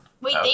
Wait